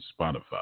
spotify